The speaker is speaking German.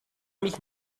mich